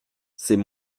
c’est